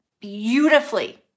beautifully